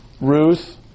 Ruth